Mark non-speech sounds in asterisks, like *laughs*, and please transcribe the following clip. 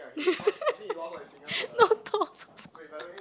*laughs* no toes also